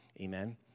Amen